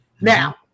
Now